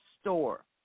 store